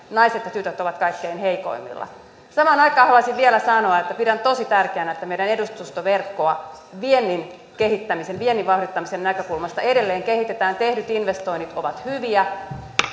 naiset ja tytöt ovat kaikkein heikoimmilla samaan aikaan haluaisin vielä sanoa että pidän tosi tärkeänä että meidän edustustoverkkoa viennin kehittämisen viennin vauhdittamisen näkökulmasta edelleen kehitetään tehdyt investoinnit ovat hyviä